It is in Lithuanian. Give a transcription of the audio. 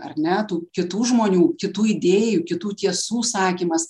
ar ne tų kitų žmonių kitų idėjų kitų tiesų sakymas